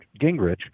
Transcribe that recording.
Gingrich